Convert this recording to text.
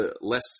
less